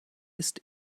ist